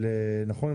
נכון?